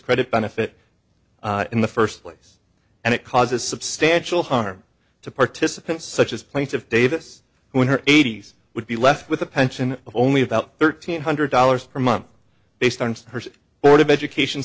credit benefit in the first place and it causes substantial harm to participants such as plaintiff davis who in her eighties would be left with a pension of only about thirteen hundred dollars per month based on her board of education